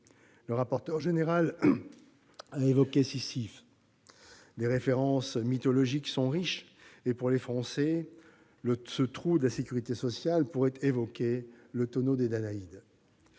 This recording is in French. Le rapporteur général a évoqué Sisyphe, les références mythologiques sont riches et, pour les Français, ce « trou de la sécurité sociale » pourrait bien évoquer le tonneau des Danaïdes.